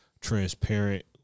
transparent